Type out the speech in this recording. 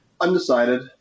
Undecided